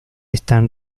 están